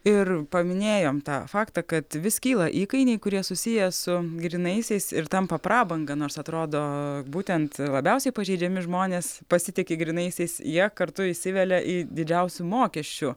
ir paminėjom tą faktą kad vis kyla įkainiai kurie susiję su grynaisiais ir tampa prabanga nors atrodo būtent labiausiai pažeidžiami žmonės pasitiki grynaisiais jie kartu įsivelia į didžiausių mokesčių